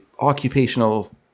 occupational